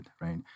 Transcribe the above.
right